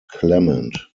clement